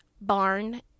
Barn